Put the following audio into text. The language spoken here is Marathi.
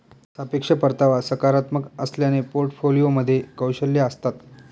सापेक्ष परतावा सकारात्मक असल्याने पोर्टफोलिओमध्ये कौशल्ये असतात